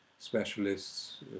specialists